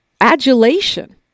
adulation